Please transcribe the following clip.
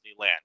Disneyland